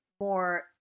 more